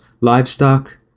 livestock